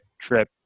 trip